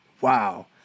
Wow